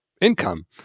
income